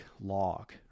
log